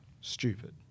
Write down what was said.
stupid